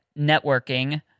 networking